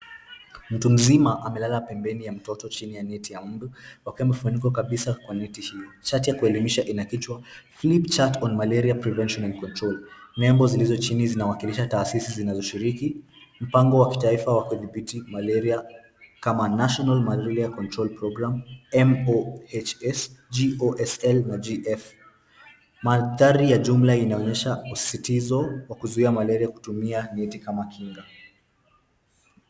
Mtu mzima amelala pembeni ya mtoto chini ya neti ya mbu wakiwa wamefunikwa kabisa kwa neti hii. Chati ya kuelimisha likiwa na kichwa Flip chart on Malaria Prevention and Control . Nembo zilizochini zinawakilisha tasisi zinazoshiriki mpango wa kitaifa wa kudhibiti malaria kama National malaria Control Programme MOHS, GOSL na GF . Mandhari ya jumla inaonyesha usitizo wa kuzuia malaria kutumia usitizo wa kutumia neti kama kinga.